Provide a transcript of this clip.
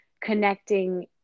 connecting